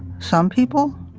some people?